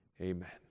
Amen